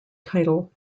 title